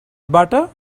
butter